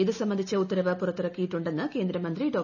ഇത് സംബന്ധിച്ച ഉത്തരവ് പുറത്തിറക്കിയിട്ടുണ്ടെന്ന് കേന്ദ്രമന്ത്രി ഡോ